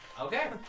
Okay